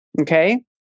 okay